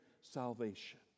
salvation